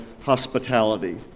hospitality